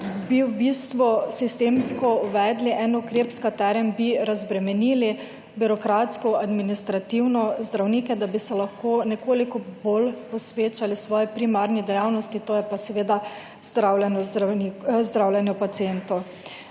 bi v bistvu sistemsko uvedli en ukrep, s katerim bi razbremenili birokratsko administrativno zdravnike, da bi se lahko nekoliko bolj posvečali svoji primarni dejavnosti, to je pa seveda zdravljenje pacientov.